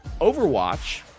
overwatch